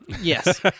yes